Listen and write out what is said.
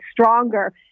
stronger